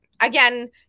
Again